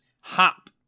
hop